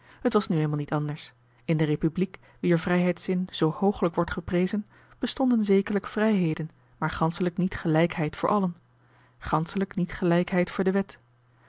het was nu eenmaal niet anders in de republiek wier vrijheidszin zoo hoogelijk wordt geprezen bestonden zekerlijk vrijheden maar ganschelijk niet gelijkheid voor allen ganschelijk niet gelijkheid voor de wet